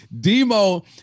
Demo